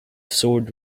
sword